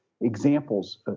examples